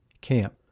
camp